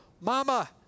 Mama